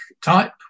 type